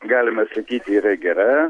galima sakyti yra gera